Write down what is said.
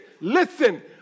listen